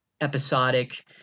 episodic